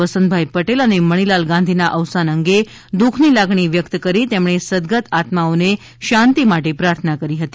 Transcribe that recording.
વસંતભાઇ પટેલ અને મણીલાલ ગાંધીના અવસાન અંગે દુઃખની લાગણી વ્યક્ત કરી તેમણે સદગત આત્માઓની શાંતિ માટે પ્રાર્થના કરી હતી